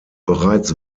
bereits